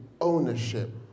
ownership